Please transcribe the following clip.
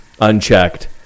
unchecked